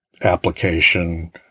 application